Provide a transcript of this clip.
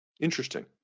Interesting